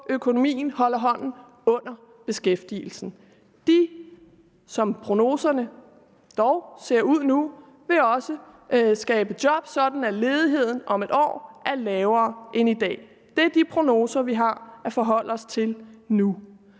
økonomien og holder hånden under beskæftigelsen. Det vil, sådan som prognoserne trods alt ser ud nu, skabe job, sådan at ledigheden om et år er lavere end i dag. Det er de prognoser, vi har at forholde os til nu.